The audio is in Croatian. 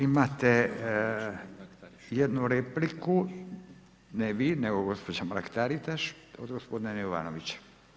Imate jednu repliku, ne vi nego gospođa Mrak-Taritaš, od gospodina Jovanovića.